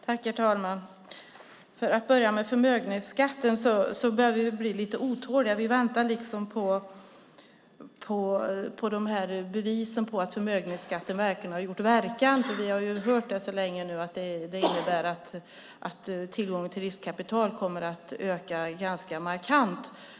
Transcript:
Herr talman! När det gäller frågan om förmögenhetsskatten börjar vi bli lite otåliga. Vi väntar på bevisen för att avskaffandet av förmögenhetsskatten har haft verkan. Vi har länge hört att det innebär att tillgången till riskkapital kommer att öka ganska markant.